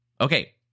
Okay